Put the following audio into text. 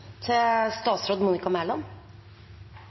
er statsråd Monica Mæland.